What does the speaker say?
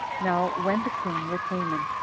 now when the king, with haman,